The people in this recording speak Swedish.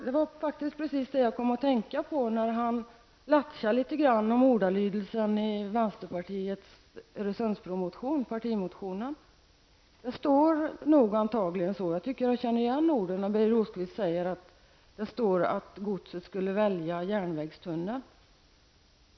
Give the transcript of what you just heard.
Det var precis detta jag kom att tänka på när han skämtade litet om ordalydelsen i vänsterpartiets partimotion om Öresundsbron. Det står antagligen så -- jag tycker att jag känner igen orden -- som Birger Rosqvist säger, att godset skulle välja järnvägstunnel.